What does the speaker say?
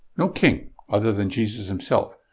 no king other than jesus himself.